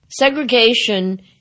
Segregation